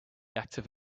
active